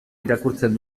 irakurtzen